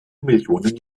millionen